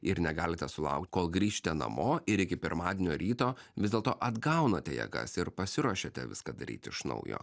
ir negalite sulaukt kol grįšite namo ir iki pirmadienio ryto vis dėlto atgaunate jėgas ir pasiruošiate viską daryti iš naujo